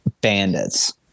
bandits